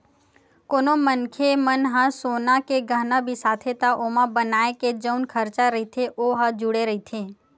कोनो मनखे मन ह सोना के गहना बिसाथे त ओमा बनाए के जउन खरचा रहिथे ओ ह जुड़े रहिथे